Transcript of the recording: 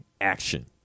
action